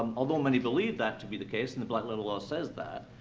although many believed that to be the case, and the black-letter law says that,